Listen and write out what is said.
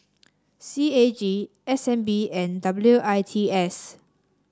C A G S N B and W I T S